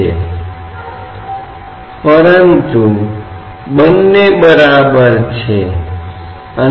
क्योंकि यदि यह एक संतृप्त तरल है तो इसके शीर्ष पर अपना वाष्प होने की संभावना है और यह हमेशा कुछ दबाव डालेगा